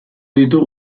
ditu